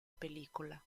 película